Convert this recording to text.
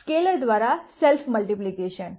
scalar દ્વારા safe multiplication